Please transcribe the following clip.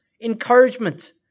encouragement